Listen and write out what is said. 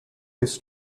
his